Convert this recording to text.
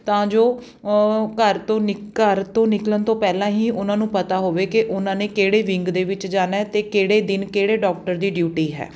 ਤਾਂ ਜੋ ਘਰ ਤੋਂ ਘਰ ਤੋਂ ਨਿਕਲਣ ਤੋਂ ਪਹਿਲਾਂ ਹੀ ਉਹਨਾਂ ਨੂੰ ਪਤਾ ਹੋਵੇ ਕਿ ਉਹਨਾਂ ਨੇ ਕਿਹੜੇ ਵਿੰਗ ਦੇ ਵਿੱਚ ਜਾਣਾ ਅਤੇ ਕਿਹੜੇ ਦਿਨ ਕਿਹੜੇ ਡੋਕਟਰ ਦੀ ਡਿਊਟੀ ਹੈ